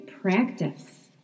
practice